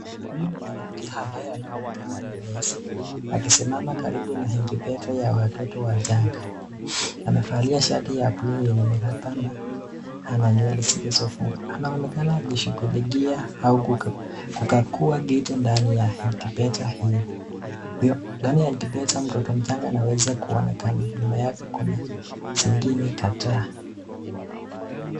Huyu ni mwanamke ambaye anaonekana ni nesi, akisimama karibu na incubator ya watoto wachanga. Amevalia shati ya bluu yenye miraba na ana nywele zilizofungwa. Anaonekana akishughulikia au kukagua kitu ndani ya incubator hio. Ndani ya incubator mtoto mchanga anaweza kuonekana, nyuma yake kuna zingine kadhaa.